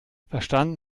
verstanden